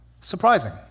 Surprising